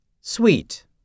Sweet